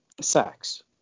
sex